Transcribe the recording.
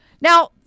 Now